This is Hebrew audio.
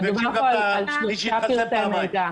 הם ביקשו גם את מי שהתחסן פעמיים.